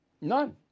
None